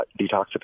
detoxification